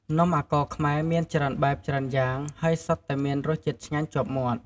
នំអាកោរខ្មែរមានច្រើនបែប ច្រើនយ៉ាង ហើយសុទ្ធតែមានរសជាតិឆ្ងាញ់ជាប់មាត់។